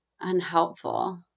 unhelpful